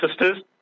sisters